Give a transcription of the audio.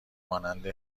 مانند